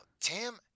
Tim